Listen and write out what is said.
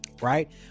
right